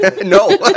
No